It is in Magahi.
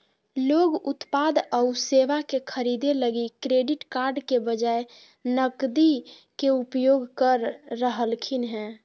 लोग उत्पाद आऊ सेवा के खरीदे लगी क्रेडिट कार्ड के बजाए नकदी के उपयोग कर रहलखिन हें